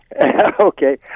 Okay